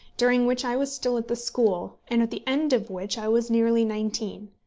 during which i was still at the school, and at the end of which i was nearly nineteen.